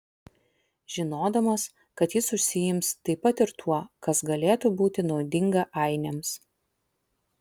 žinodamas kad jis užsiims taip pat ir tuo kas galėtų būti naudinga ainiams